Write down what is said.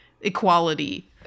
equality